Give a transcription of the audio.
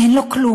אין לו כלום.